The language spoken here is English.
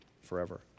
forever